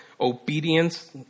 obedience